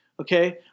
Okay